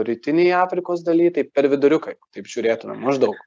rytinėj afrikos daly tai per viduriuką taip žiūrėtumėm maždaug